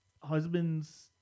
husband's